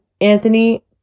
Anthony